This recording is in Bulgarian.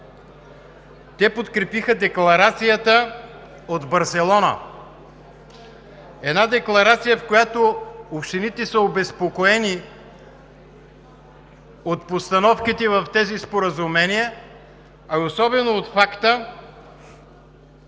Те подкрепиха Декларацията от Барселона – една декларация, в която общините са обезпокоени от постановките в тези споразумения, особено от факта,